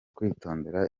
kwitondera